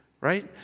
right